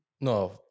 No